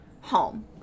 home